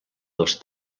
dels